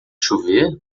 chover